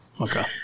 Okay